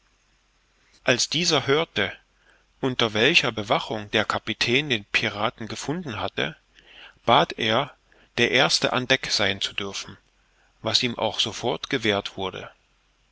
als dieser hörte unter welcher bewachung der kapitän den piraten gefunden hatte bat er der erste an deck sein zu dürfen was ihm auch sofort gewährt wurde